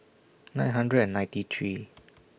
nine hundred and ninety three